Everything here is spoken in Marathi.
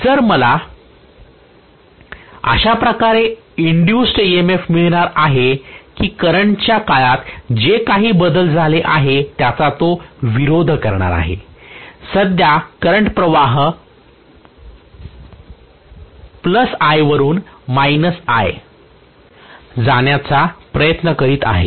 तर मला अशा प्रकारे एन्ड्युस्ड EMF मिळणार आहे की करंटच्या काळात जे काही बदल झाले आहे त्याचा तो विरोध करणार आहे सध्या करंट प्रवाह I वरून I जाण्याचा प्रयत्न करीत आहे